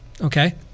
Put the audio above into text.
okay